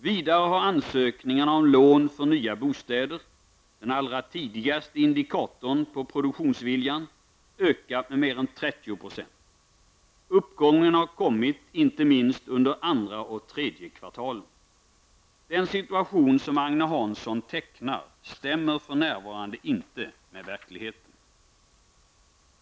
Vidare har ansökningarna om lån för nya bostäder -- den allra tidigaste indikatorn på produktionsviljan -- ökat med mer än 30 %. Uppgången har kommit inte minst under andra och tredje kvartalen. Den situation som Agne Hansson tecknar stämmer för närvarande inte med verkligheten.